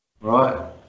Right